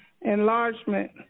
enlargement